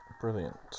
brilliant